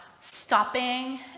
stopping